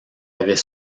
avait